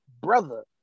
Brother